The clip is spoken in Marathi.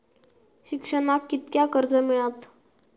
शिक्षणाक कीतक्या कर्ज मिलात?